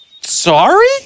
sorry